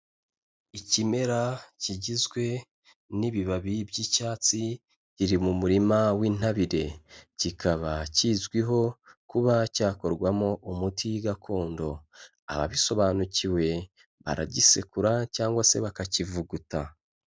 Ikimera kigizwe n'ibibabi by'icyatsi kiri mu murima w'intabire, kikaba kizwiho kuba cyakorwamo umuti gakondo, ababisobanukiwe baragisekura cyangwa se bakakivuguta.